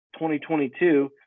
2022